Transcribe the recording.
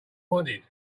wanted